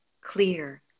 clear